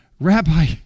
Rabbi